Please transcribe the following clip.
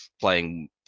playing